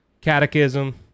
catechism